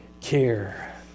care